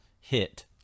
hit